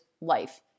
life